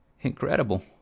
Incredible